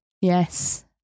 yes